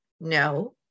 no